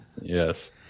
Yes